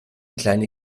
kleine